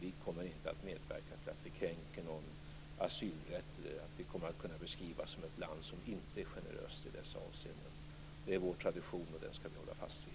Vi kommer inte att medverka till någon kränkning av asylrätten eller att vi beskrivs som ett land som inte är generöst i dessa avseenden. Det är vår tradition, och den ska vi hålla fast vid.